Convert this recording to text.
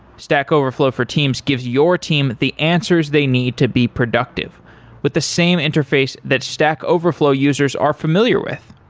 stack overflow for teams gives your team the answers they need to be productive with the same interface that stack overflow users are familiar with.